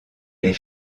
les